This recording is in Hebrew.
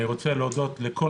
אני רוצה להודות לכל